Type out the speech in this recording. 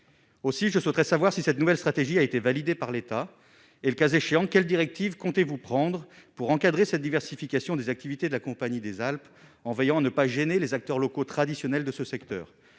Aussi je souhaiterais savoir si cette nouvelle stratégie a été validée par l'État et le cas échéant, quelle directive comptez-vous prendre pour encadrer cette diversification des activités de la Compagnie des Alpes, en veillant à ne pas gêner les acteurs locaux traditionnels de ce secteur,